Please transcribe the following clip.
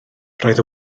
roedd